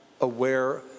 aware